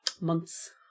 Months